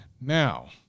Now